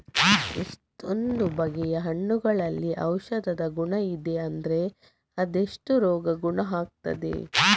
ಎಷ್ಟೊಂದು ಬಗೆಯ ಹಣ್ಣುಗಳಲ್ಲಿ ಔಷಧದ ಗುಣ ಇದೆ ಅಂದ್ರೆ ಅದೆಷ್ಟೋ ರೋಗ ಗುಣ ಆಗ್ತದೆ